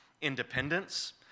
Independence